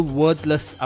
worthless